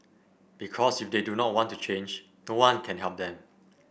because if they do not want to change no one can help them